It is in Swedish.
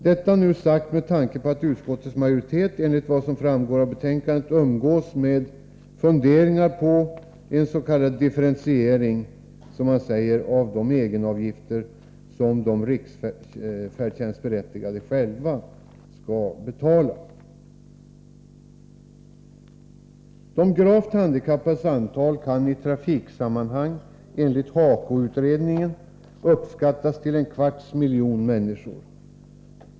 Jag säger detta med tanke på att utskottets majoritet — det framgår av betänkandet — har funderingar på en s.k. differentiering, som man säger, av de egenavgifter som riksfärdtjänstberättigade själva skall betala. De gravt handikappades antal kan i trafiksammanhang, enligt HAKO utredningen , uppskattas till en kvarts miljon människor. Fru talman!